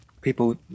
people